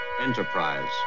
Enterprise